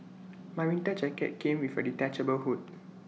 my winter jacket came with A detachable hood